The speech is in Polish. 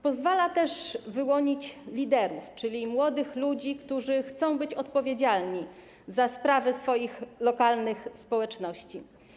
Pozwala też wyłonić liderów, czyli młodych ludzi, którzy chcą być odpowiedzialni za sprawy swoich lokalnych społeczności.